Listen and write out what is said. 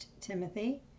Timothy